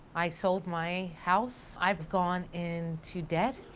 i sold my house. i've gone into debt.